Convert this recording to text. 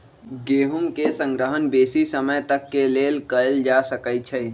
गेहूम के संग्रहण बेशी समय तक के लेल कएल जा सकै छइ